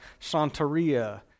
Santeria